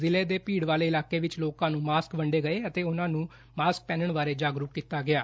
ਜਿਲ੍ਫੇ ਦੇ ਭੀੜ ਵਾਲੇ ਇਲਾਕੇ ਵਿੱਚ ਲੋਕਾ ਨੂੰ ਮਾਸਕ ਵੰਡੇ ਗਏ ਅਤੇ ਉਨੂਾ ਨੂੰ ਮਾਸਕ ਪਹਿਨਣ ਬਾਰੇ ਜਾਗਰੂਕ ਕੀਤਾ ਗਿਐ